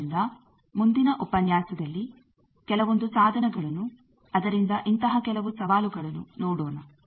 ಆದ್ದರಿಂದ ಮುಂದಿನ ಉಪನ್ಯಾಸದಲ್ಲಿ ಕೆಲವೊಂದು ಸಾಧನಗಳನ್ನು ಅದರಿಂದ ಇಂತಹ ಕೆಲವು ಸವಾಲುಗಳನ್ನು ನೋಡೋಣ